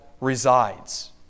resides